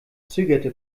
zögerte